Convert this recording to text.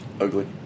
Ugly